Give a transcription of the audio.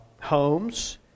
homes